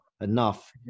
enough